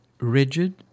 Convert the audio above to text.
rigid